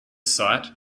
site